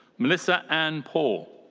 melissa ann paul.